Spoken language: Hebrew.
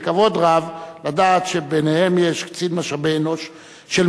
וכבוד רב לדעת שביניהם נמצאים קצין משאבי אנוש של